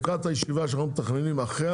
לקראת הישיבה שאנחנו מתכננים אחרי